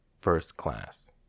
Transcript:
first-class